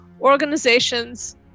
organizations